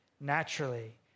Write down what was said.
naturally